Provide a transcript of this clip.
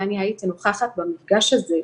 ואני הייתי נוכחת במפגש הזה,